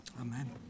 amen